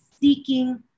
seeking